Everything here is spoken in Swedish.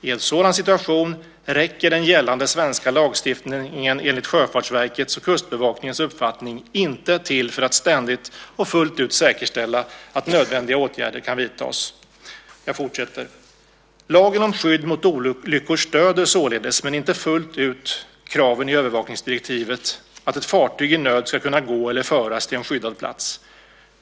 I en sådan situation räcker den gällande svenska lagstiftningen enligt Sjöfartsverkets och Kustbevakningens uppfattning inte till för att ständigt och fullt ut säkerställa att nödvändiga åtgärder kan vidtas." Jag fortsätter att citera: "Lagen om skydd mot olyckor stöder således, men inte fullt ut, kraven i övervakningsdirektivet att ett fartyg i nöd skall kunna gå eller föras till en skyddad plats.